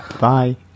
Bye